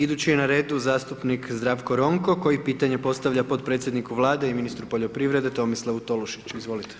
Idući je na redu zastupnik Zdravko Ronko, koji pitanje postavlja potpredsjedniku Vlade i ministru poljoprivrede, Tomislavu Tolušiću, izvolite.